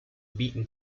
beaten